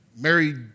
married